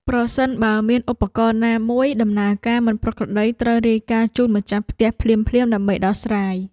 ប្រសិនបើមានឧបករណ៍ណាមួយដំណើរការមិនប្រក្រតីត្រូវរាយការណ៍ជូនម្ចាស់ផ្ទះភ្លាមៗដើម្បីដោះស្រាយ។